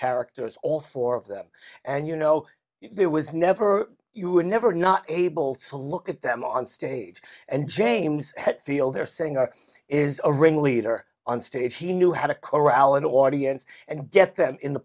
characters all four of them and you know there was never you would never not able to look at them on stage and james hetfield there saying are is a ringleader on stage he knew how to corral an audience and get them in the